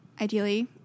ideally